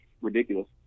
ridiculous